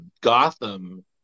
Gotham